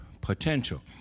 potential